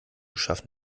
schaffen